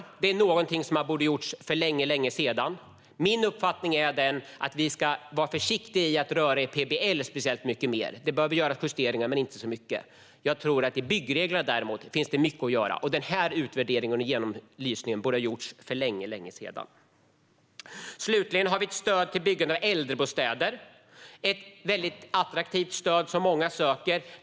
Detta är någonting som borde ha gjorts för länge sedan. Min uppfattning är att vi ska vara försiktiga med att röra speciellt mycket mer i PBL. Justeringar behöver göras, men inte så mycket. Jag tror däremot att det finns mycket att göra i byggreglerna. Denna utvärdering och genomlysning borde ha gjorts för länge sedan. Vi har ett stöd till byggande av äldrebostäder. Detta är ett väldigt attraktivt stöd, som många söker.